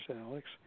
Alex